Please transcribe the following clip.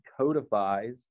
codifies